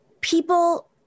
people